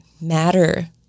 matter